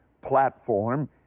platform